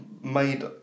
made